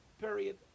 period